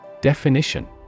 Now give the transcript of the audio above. Definition